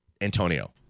Antonio